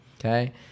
Okay